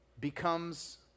becomes